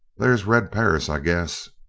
there's red perris, i guess!